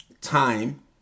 time